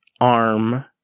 ARM